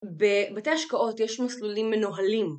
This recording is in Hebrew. בבתי השקעות יש מסלולים מנוהלים.